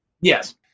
Yes